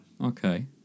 okay